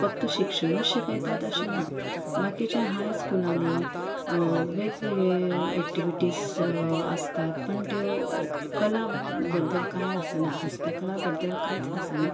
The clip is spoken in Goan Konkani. फक्त शिक्षणू शिकयतात अशें ना बाकीच्या हायस्कुलांनी वेगवेगळ्या एकटिविटीज आसतात पूण त्यो कला बद्दल कांय आसना हस्तकला बद्दल कांयच आसना